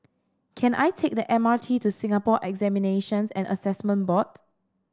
can I take the M R T to Singapore Examinations and Assessment Board